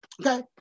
Okay